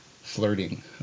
Flirting